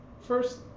first